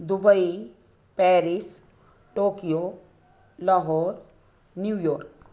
Dubai Paris Tokyo Lahore New York